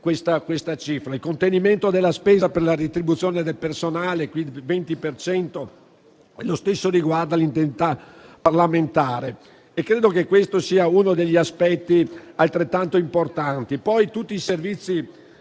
Il contenimento della spesa per la retribuzione del personale è del 20 per cento e lo stesso riguarda l'indennità parlamentare. Credo che questo sia uno degli aspetti altrettanto importanti.